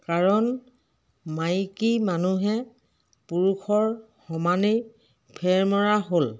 কাৰণ মাইকী মানুহে পুৰুষৰ সমানেই ফেৰ মৰা হ'ল